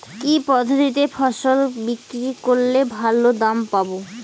কি পদ্ধতিতে ফসল বিক্রি করলে ভালো দাম পাব?